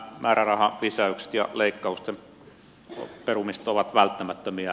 nämä määrärahalisäykset ja leikkausten perumiset ovat välttämättömiä